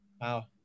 Wow